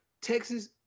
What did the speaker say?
Texas